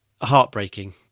heartbreaking